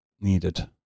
needed